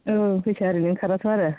औ फैसाया ओरैनो खारोथ' आरो